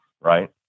right